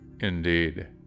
Indeed